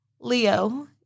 Leo